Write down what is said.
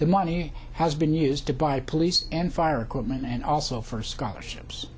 the money has been used to buy police and fire equipment and also for scholarships